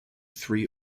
three